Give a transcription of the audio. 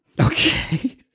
Okay